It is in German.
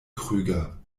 krüger